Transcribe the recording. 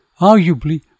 Arguably